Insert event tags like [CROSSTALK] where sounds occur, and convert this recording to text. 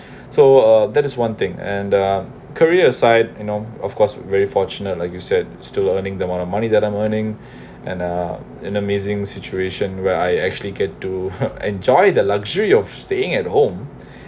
so uh that is one thing and uh career aside you know of course very fortunate like you said still earning the amount of money that I'm earning and uh in amazing situation where I actually get to [LAUGHS] enjoy the luxury of staying at home